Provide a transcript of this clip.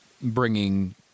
bringing